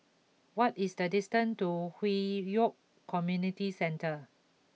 what is the distance to Hwi Yoh Community Centre